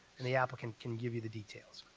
and the applicant can give you the details.